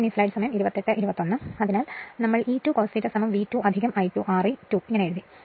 അതിനാൽത്തന്നെ ഞങ്ങൾ E2 cos ∂ V2 I2 Re2 എഴുതി